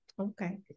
okay